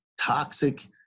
toxic